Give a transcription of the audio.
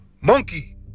monkey